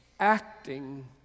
Acting